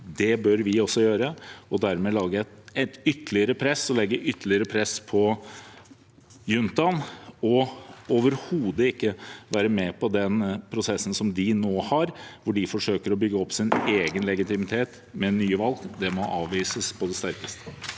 Det bør vi også gjøre, og dermed legge ytterligere press på juntaen og overhodet ikke være med på den prosessen de nå har, hvor de forsøker å bygge opp sin egen legitimitet med nye valg. Det må avvises på det sterkeste.